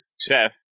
chef